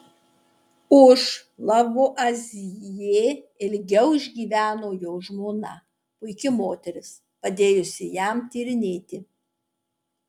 už lavuazjė ilgiau išgyveno jo žmona puiki moteris padėjusi jam tyrinėti